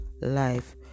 life